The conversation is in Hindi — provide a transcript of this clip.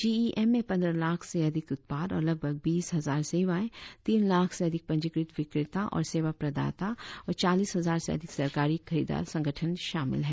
जी ई एम में पंद्रह लाख़ से अधिक उत्पाद और लगभग बीस हजार सेवाएं तीन लाख से अधिक पंजीकृत विक्रेता और सेवा प्रदाता और चालीस हजार से अधिक सरकारी खरीदार संगठन शामिल हैं